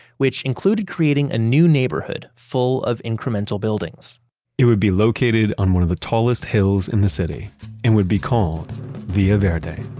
which included creating a new neighborhood full of incremental buildings it would be located on one of the tallest hills in the city and would be called villa ah verde